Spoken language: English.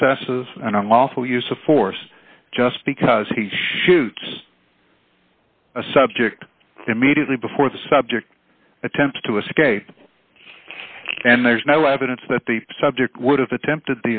excesses and unlawful use of force just because he shoots a subject immediately before the subject attempts to escape and there's no evidence that the subject would have attempted